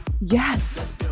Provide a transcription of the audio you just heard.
yes